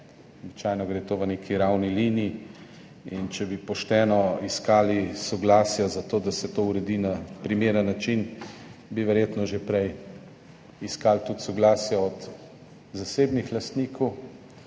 Običajno gre v neki ravni liniji in če bi pošteno iskali soglasja za to, da se to uredi na primeren način, bi verjetno že prej iskali tudi soglasja zasebnih lastnikov.